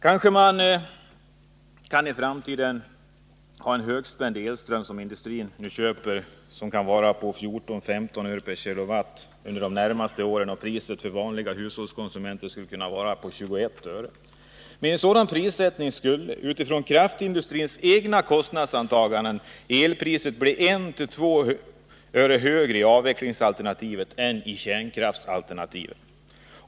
Kanske kan man i framtiden ha högspänd elström, som industrin köper till ett pris av 14—15 öre/kWh under de närmaste åren, medan priset för vanliga hushållskonsumenter skulle kunna vara 21 öre. Med en sådan prissättning skulle — utifrån kraftindustrins egna kostnadsantaganden -— elpriset bli 1-2 öre högre i avvecklingsalternativet än i kärnkraftsalternativet.